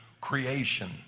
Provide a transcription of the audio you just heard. creation